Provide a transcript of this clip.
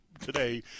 today